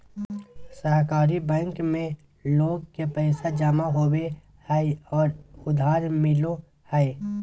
सहकारी बैंक में लोग के पैसा जमा होबो हइ और उधार मिलो हइ